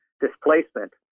displacement